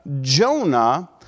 Jonah